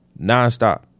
nonstop